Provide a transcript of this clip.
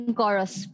chorus